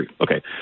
Okay